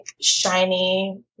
shiny